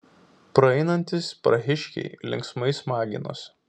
praeinantys prahiškiai linksmai smaginosi